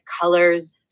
colors